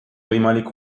võimalik